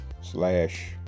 slash